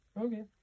Okay